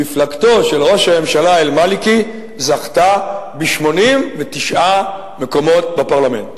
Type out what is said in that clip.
מפלגתו של ראש הממשלה אל-מאלכי זכתה ב-89 מקומות בפרלמנט,